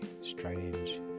strange